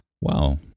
Wow